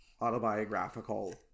autobiographical